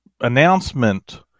announcement